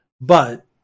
But-